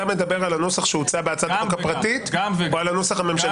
אתה מדבר על הנוסח שהוצע בהצעת החוק הפרטית או על הנוסח הממשלתי?